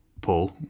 Paul